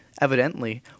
evidently